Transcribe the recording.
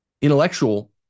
intellectual